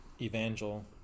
evangel